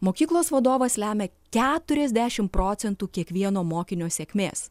mokyklos vadovas lemia keturiasdešim procentų kiekvieno mokinio sėkmės